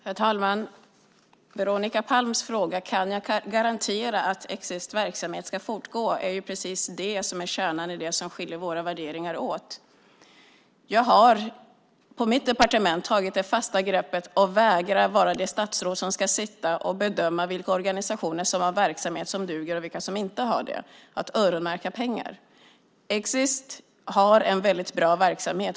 Herr talman! Veronica Palms fråga om jag kan garantera att Exits verksamhet ska fortgå är precis kärnan i det som skiljer våra värderingar åt. Jag har på mitt departement tagit det fasta greppet att vägra vara det statsråd som ska sitta och bedöma vilka organisationer som har verksamhet som duger och vilka som inte har det, det vill säga att öronmärka pengar. Exit har en bra verksamhet.